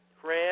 Fred